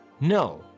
No